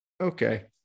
Okay